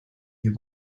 you